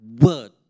word